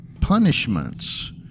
punishments